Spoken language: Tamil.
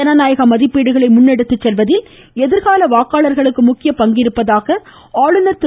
ஜனநாயக மதிப்பீடுகளை முன்னெடுத்துச் செல்வதில் எதிர்கால வாக்காளர்களுக்கு முக்கியப் பங்கு இருப்பதாக ஆளுநர் திரு